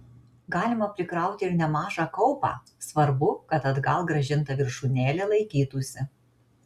galima prikrauti ir nemažą kaupą svarbu kad atgal grąžinta viršūnėlė laikytųsi